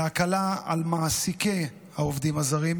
להקלה על מעסיקי העובדים הזרים,